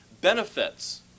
benefits